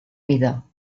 mida